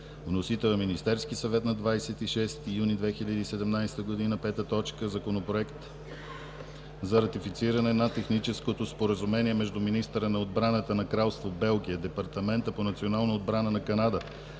Вносител е Министерският съвет на 26 юни 2017 г. 5. Законопроект за ратифициране на Техническото споразумение между министъра на отбраната на Кралство Белгия, Департамента по националната отбрана на Канада,